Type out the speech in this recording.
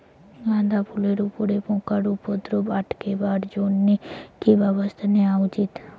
গাঁদা ফুলের উপরে পোকার উপদ্রব আটকেবার জইন্যে কি ব্যবস্থা নেওয়া উচিৎ?